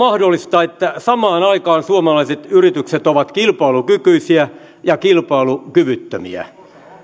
mahdollista että samaan aikaan suomalaiset yritykset ovat kilpailukykyisiä ja kilpailukyvyttömiä